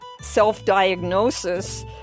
self-diagnosis